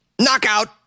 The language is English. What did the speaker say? Knockout